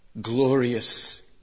glorious